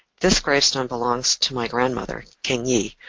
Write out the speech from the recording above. this gravestone belongs to my grandmother, king yee,